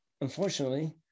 unfortunately